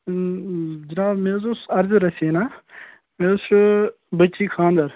جِناب مےٚ حظ اوس عرضہٕ رَژِہٮ۪نا مےٚ حظ چھُ بٔچی خانٛدَر